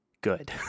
good